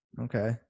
Okay